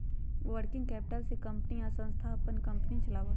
working capital से company या संस्था अपन कंपनी चलावा हई